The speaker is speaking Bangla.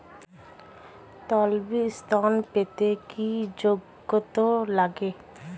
তলবি ঋন পেতে কি যোগ্যতা লাগে?